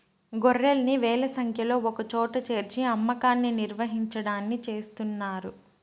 గొర్రెల్ని వేల సంఖ్యలో ఒకచోట చేర్చి అమ్మకాన్ని నిర్వహించడాన్ని చేస్తున్నారు